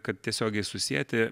kad tiesiogiai susieti